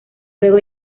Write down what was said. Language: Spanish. luego